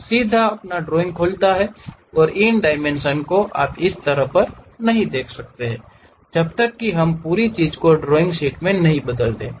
यह सीधे ड्राइंग को खोलता है और इन डायमेंशन को आप इस स्तर पर नहीं देख सकते हैं जब तक कि हम इस पूरी चीज़ को ड्राइंग शीट में नहीं बदलते